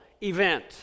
event